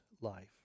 life